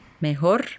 Mejor